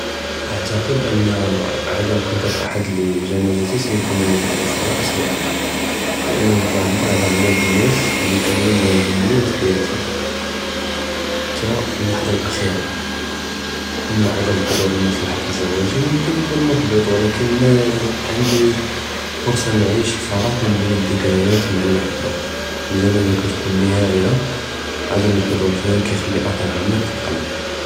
אעתקד אנה עדם חדור אחד לג׳נאתי סעיקון שעור אסוא, לאנו כיעבר עלא ע׳יאב א־נאס לי כאנו מהמינין פי חיאתי, חתה פי אללחצה אלאכירה, אמא עדם חדור א־נאס לחפל זוואגי מומכן יכון מחבט ו אבלאכן, אה ע׳נדי פרצ׳ה נעיש אלפרח ו נבני דכריאת מע לי חדרו, אלג׳נאזה כתכון נהאיה, ו עדם אלחדור פיהא כיחלי את׳ר עמיק פי אלקלב.